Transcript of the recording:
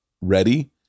ready